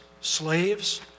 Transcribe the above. slaves